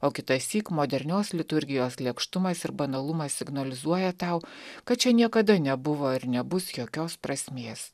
o kitąsyk modernios liturgijos lėkštumas ir banalumas signalizuoja tau kad čia niekada nebuvo ir nebus jokios prasmės